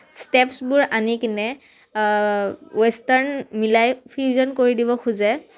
ষ্টেপছবোৰ আনি কিনে ৱেষ্টাৰ্ণ মিলাই ফিউজন কৰি দিব খোজে